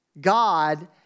God